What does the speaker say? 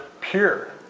pure